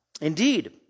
Indeed